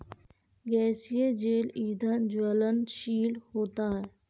गैसीय जैव ईंधन ज्वलनशील होता है